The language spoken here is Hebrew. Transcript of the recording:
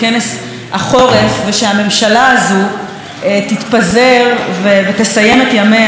ושהממשלה הזאת תתפזר ותסיים את ימיה כמה שיותר מהר,